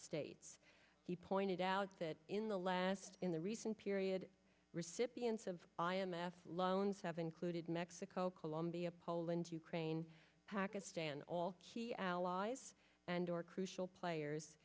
states he pointed out that in the last in the recent period recipients of i m f loans have included mexico colombia poland ukraine pakistan all key allies and are crucial players